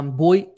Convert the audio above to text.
boy